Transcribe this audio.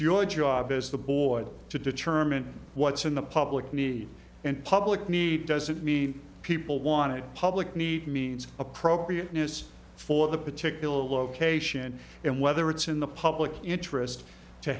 your job as the board to determine what's in the public need and public need doesn't mean people want it public need means appropriateness for the particular location and whether it's in the public interest to